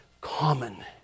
common